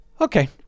okay